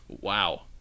Wow